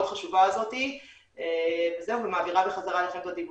חשובה הזאת ומעבירה בחזרה את רשות הדיבור.